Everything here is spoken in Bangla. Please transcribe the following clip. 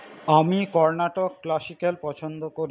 আমি কর্ণাটক ক্লাসিক্যাল পছন্দ করি